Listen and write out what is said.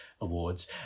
Awards